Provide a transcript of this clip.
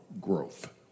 growth